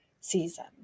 season